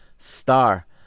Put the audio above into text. star